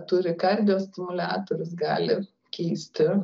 turi kardiostimuliatorius gali keisti